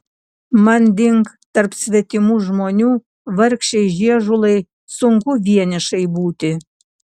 manding tarp svetimų žmonių vargšei žiežulai sunku vienišai būti